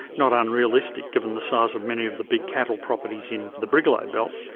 not unrealistic given the size of many of the big cattle properties in the brigalow belt,